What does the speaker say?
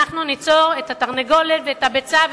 אנחנו ניצור את התרנגולת ואת הביצה,